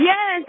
Yes